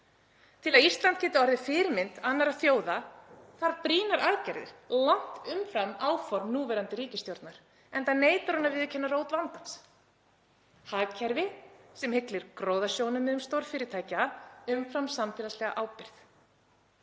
Til að Ísland geti orðið fyrirmynd annarra þjóða þarf brýnar aðgerðir langt umfram áform núverandi ríkisstjórnar, enda neitar hún að viðurkenna rót vandans; hagkerfi sem hyglir gróðasjónarmiðum stórfyrirtækja umfram samfélagslega ábyrgð.